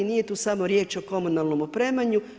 Nije tu samo riječ o komunalnom opremanju.